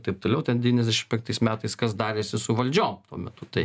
taip toliau ten devynedešim penktais metais kas darėsi su valdžiom tuo metu tai